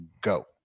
Go